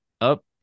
up